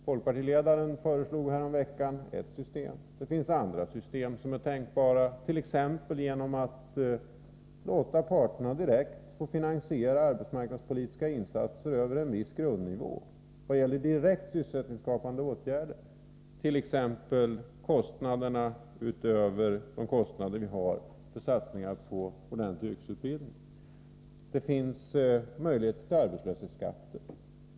Folkpartiledaren föreslog häromveckan ett system. Det finns andra system som är tänkbara, t.ex. att låta parterna utan vidare få finansiera arbetsmarknadspolitiska insatser över en viss grundnivå när det gäller direkt sysselsättningsskapande åtgärder, t.ex. de kostnader vi har utöver satsningarna på ordentlig yrkesutbildning. Det finns möjligheter till arbetslöshetsskatter.